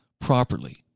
properly